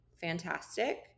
Fantastic